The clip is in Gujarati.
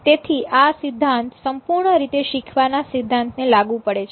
તેથી આ સિદ્ધાંત સંપૂર્ણ રીતે શીખવા ના સિદ્ધાંત ને લાગુ પડે છે